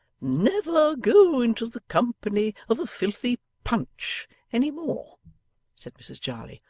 never go into the company of a filthy punch any more said mrs jarley,